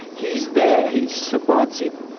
he is there. he supports it,